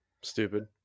stupid